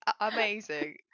Amazing